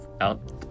out